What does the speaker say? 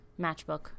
matchbook